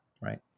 right